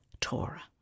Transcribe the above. Torah